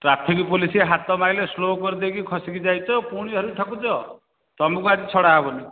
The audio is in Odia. ଟ୍ରାଫିକ୍ ପୋଲିସ୍ ହାତ ମାରିଲେ ସ୍ଲୋ କରିଦେଇକି ଖସିକି ଯାଇଛ ପୁଣି ଆହୁରି ଠକୁଛ ତୁମକୁ ଆଜି ଛଡ଼ା ହେବନି